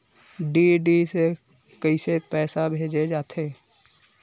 DD से कइसे पईसा भेजे जाथे?